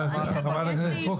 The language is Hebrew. חברת הכנסת סטרוק,